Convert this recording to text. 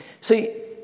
See